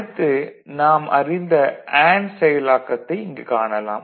அடுத்து நாம் அறிந்த அண்டு செயலாக்கத்தை இங்கு காணலாம்